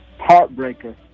Heartbreaker